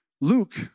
Luke